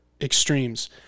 extremes